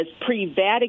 pre-Vatican